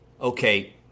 Okay